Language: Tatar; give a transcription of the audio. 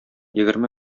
егерме